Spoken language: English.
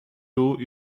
rule